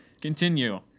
Continue